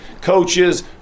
Coaches